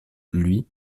lui